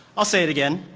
i'll say it again,